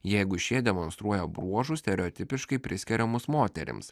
jeigu šie demonstruoja bruožų stereotipiškai priskiriamus moterims